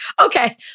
Okay